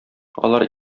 алар